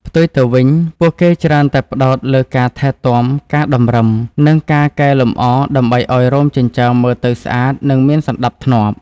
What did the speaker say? ផ្ទុយទៅវិញ ពួកគេច្រើនតែផ្តោតលើការថែទាំ ការតម្រឹម និងការកែលម្អដើម្បីឲ្យរោមចិញ្ចើមមើលទៅស្អាត និងមានសណ្តាប់ធ្នាប់។